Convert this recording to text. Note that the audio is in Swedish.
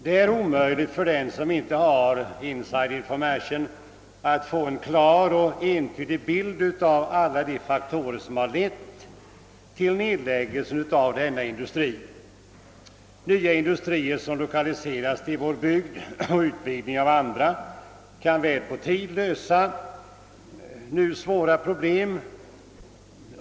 Det är omöjligt för dem som inte har »inside informations» att få en klar och entydig bild av alla de faktorer som lett till nedläggning av denna industri. Nya industrier som lokaliseras till vår bygd och utvidgning av andra kan väl på sikt lösa nuvarande svåra problem.